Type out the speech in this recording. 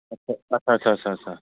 आच्चा आच्चा